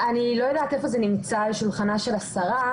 אני לא יודעת איפה זה נמצא על שולחנה של השרה.